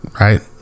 right